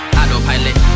autopilot